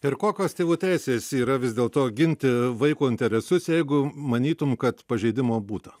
ir kokios tėvų teisės yra vis dėl to ginti vaiko interesus jeigu manytum kad pažeidimo būta